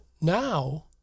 now